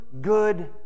Good